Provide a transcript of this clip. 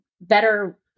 better